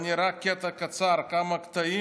אני אקרא רק קטע קצר, כמה קטעים,